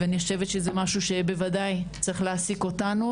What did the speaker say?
אני חושבת שזה משהו שבוודאי צריך להעסיק אותנו,